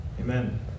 Amen